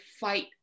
fight